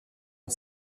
une